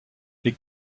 les